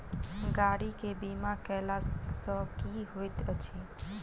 गाड़ी केँ बीमा कैला सँ की होइत अछि?